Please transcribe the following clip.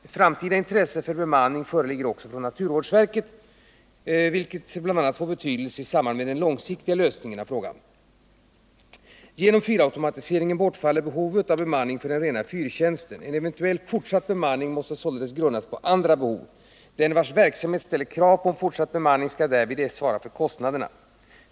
Ett framtida intresse för bemanning föreligger också från naturvårdsverket, vilket bl.a. får 171 betydelse i samband med den långsiktiga lösningen av frågan. Genom fyrautomatiseringen bortfaller behovet av bemanning för den rena fyrtjänsten. En eventuell fortsatt bemanning måste således grundas på andra behov. Den vars verksamhet ställer krav på en fortsatt bemanning skall därvid svara för kostnaderna.